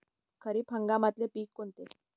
खरीप हंगामातले पिकं कोनते?